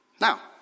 Now